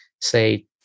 say